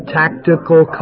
tactical